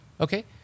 okay